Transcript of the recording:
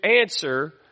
answer